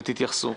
ובסוף תתייחסו.